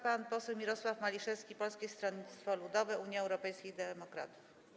Pan poseł Mirosław Maliszewski, Polskie Stronnictwo Ludowe - Unia Europejskich Demokratów.